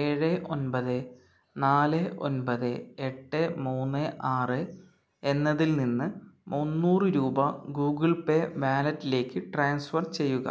ഏഴ് ഒൻപത് നാല് ഒൻപത് എട്ട് മൂന്ന് ആറ് എന്നതിൽ നിന്ന് മുന്നൂറ് രൂപ ഗൂഗിൾ പേ വാലറ്റിലേക്ക് ട്രാൻസ്ഫർ ചെയ്യുക